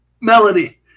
Melody